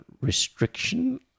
restriction